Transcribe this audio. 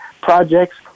projects